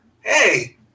hey